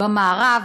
במערב,